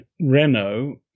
Renault